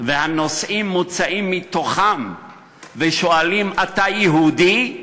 והנוסעים מוצאים מתוכן ושואלים: אתה יהודי?